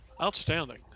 Outstanding